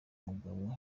mugabo